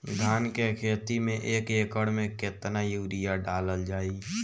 धान के खेती में एक एकड़ में केतना यूरिया डालल जाई?